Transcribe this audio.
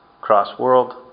cross-world